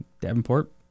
Davenport